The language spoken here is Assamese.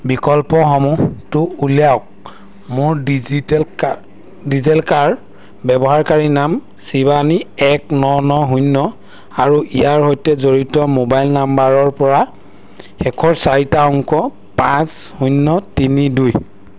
বিকল্প সমূহটো উলিয়াওক মোৰ ডিজিটেল কাৰ ডিজিলকাৰ ব্যৱহাৰকাৰীনাম শিৱানী এক ন ন শূন্য আৰু ইয়াৰ সৈতে জড়িত মোবাইল নাম্বাৰৰপৰা শেষৰ চাৰিটা অংক পাঁচ শূন্য তিনি দুই